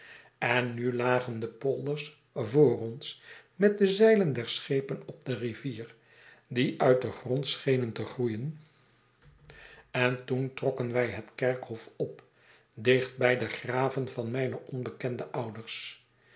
en nu lagen de polders voor ons met de zeilen der schepen op de rivier die uit den grond schenen te groeien en toen trokken wij het kerkhof op dicht bij de graven van mijne onbekende ouders